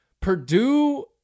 Purdue